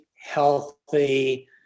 healthy